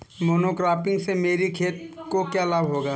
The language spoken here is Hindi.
मोनोक्रॉपिंग से मेरी खेत को क्या लाभ होगा?